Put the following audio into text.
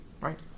Right